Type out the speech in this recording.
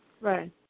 Right